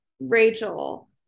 Rachel